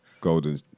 golden